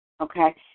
okay